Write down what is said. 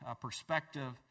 perspective